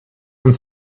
and